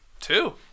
two